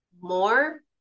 more